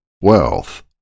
wealth